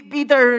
Peter